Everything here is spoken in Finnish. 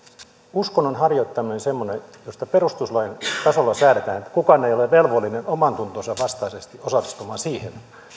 uskonnon harjoittaminen on semmoinen josta perustuslain tasolla säädetään että kukaan ei ole velvollinen omantuntonsa vastaisesti osallistumaan siihen